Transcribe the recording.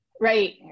Right